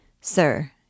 Sir